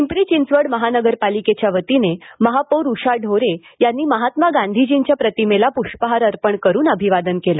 पिंपरी चिंचवड महानगरपालिकेच्या वतीने महापौर उषा ढोरे यांनी महात्मा गांधीजींच्या प्रतिमेला पुष्षहार अर्पण करून अभिवादन केलं